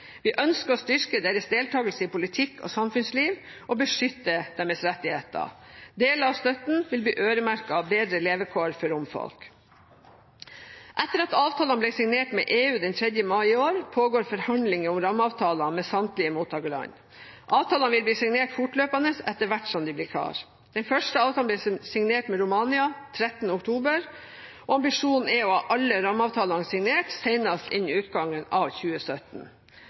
Vi ønsker å styrke deres deltakelse i politikk og samfunnsliv og beskytte deres rettigheter. Deler av støtten vil bli øremerket bedre levekår for romfolk. Etter at avtalene ble signert med EU den 3. mai i år, pågår forhandlinger om rammeavtaler med samtlige mottakerland. Avtalene vil bli signert fortløpende etter hvert som de blir klare. Den første avtalen ble signert med Romania 13. oktober. Ambisjonen er å ha alle rammeavtalene signert senest innen utgangen av 2017.